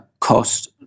cost